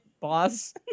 boss